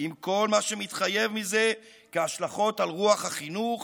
עם כל מה שמתחייב בזה, כהשלכות על רוח החינוך,